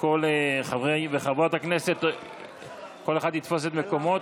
כל חברי וחברות הכנסת, כל אחד יתפוס את מקומו.